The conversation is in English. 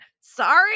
Sorry